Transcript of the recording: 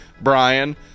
brian